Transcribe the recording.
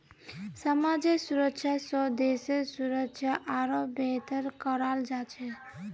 समाजेर सुरक्षा स देशेर सुरक्षा आरोह बेहतर कराल जा छेक